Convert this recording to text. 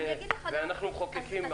ואני אגיד לך --- ואנחנו מחוקקים --- זה